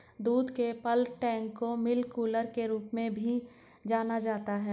दूध के bulk tank को मिल्क कूलर के रूप में भी जाना जाता है